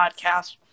Podcast